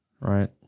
Right